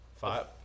Five